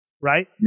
Right